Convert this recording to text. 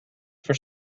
for